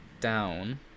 down